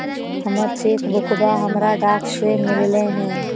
हमर चेक बुकवा हमरा डाक से मिललो हे